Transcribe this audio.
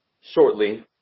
shortly